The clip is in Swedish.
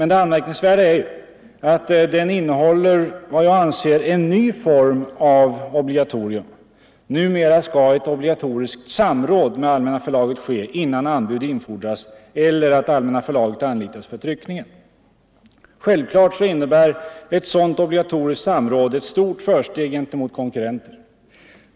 Men det anmärkningsvärda är att kungörelsen innehåller en ny form av obligatorium. Numera skall ett obligatoriskt samråd med Allmänna förlaget ske innan anbud infordras eller Allmänna förlaget anlitas för tryckningen. Självklart innebär ett sådant obligatoriskt samråd ett stort försprång före konkurrenter.